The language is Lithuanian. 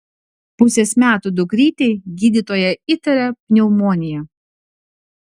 pusės metų dukrytei gydytoja įtaria pneumoniją